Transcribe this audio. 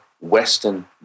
Western